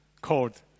called